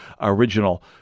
original